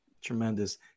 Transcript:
Tremendous